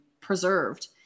preserved